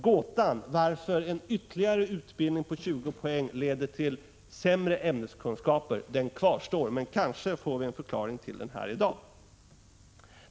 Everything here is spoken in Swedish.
Frågan kvarstår varför en ytterligare utbildning på 20 poäng leder till sämre ämneskunskaper. Kanske får vi här i dag en förklaring på denna gåta.